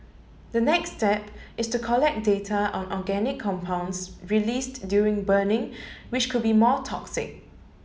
the next step is to collect data on organic compounds released during burning which could be more toxic